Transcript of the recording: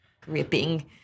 gripping